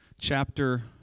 chapter